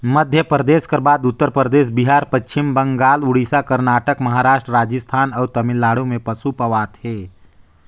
मध्यपरदेस कर बाद उत्तर परदेस, बिहार, पच्छिम बंगाल, उड़ीसा, करनाटक, महारास्ट, राजिस्थान अउ तमिलनाडु में पसु पवाथे